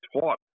taught